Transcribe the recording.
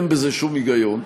אין בזה שום היגיון.